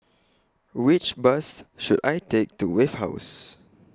Which Bus should I Take to Wave House